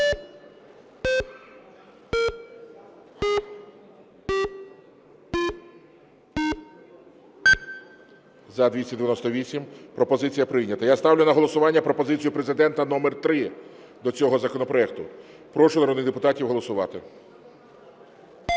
За-298 Пропозиція прийнята. Я ставлю на голосування пропозицію Президента номер 3 до цього законопроекту. Прошу народних депутатів голосувати.